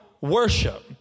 worship